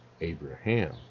Abraham